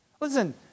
Listen